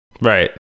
right